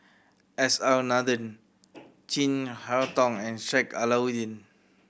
S R Nathan Chin Harn Tong and Sheik Alau'ddin